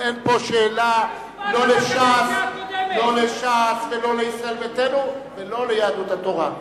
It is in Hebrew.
אין פה שאלה לא לש"ס ולא לישראל ביתנו ולא ליהדות התורה.